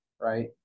right